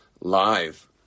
live